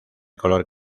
color